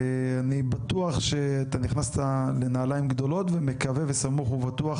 ואני בטוח שאתה נכנסת לנעליים גדולות ומקווה וסמוך ובטוח